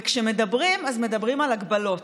וכשמדברים, אז מדברים על הגבלות.